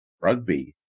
rugby